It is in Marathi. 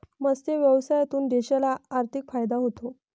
मत्स्य व्यवसायातून देशाला आर्थिक फायदा होतो